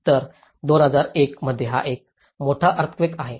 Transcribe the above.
तर 2001 मध्ये हा एक मोठा अर्थक्वेक आहे